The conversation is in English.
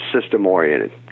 system-oriented